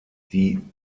die